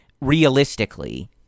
realistically